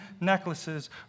necklaces